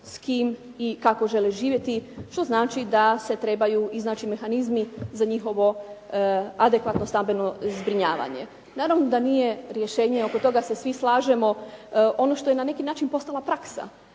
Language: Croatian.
s kim i kako žele živjeti što znači da se trebaju iznaći mehanizmi za njihovo adekvatno stambeno zbrinjavanje. Naravno da nije rješenje, oko toga se svi slažemo ono što je na neki način postala praksa,